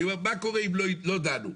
אני אומר מה קורה אם לא דנו?